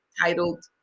titled